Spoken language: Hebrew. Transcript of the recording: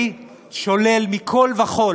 אני שולל מכול וכול,